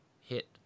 hit